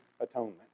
atonement